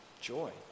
joy